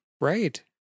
Right